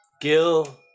Gil